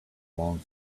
long